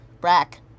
Brack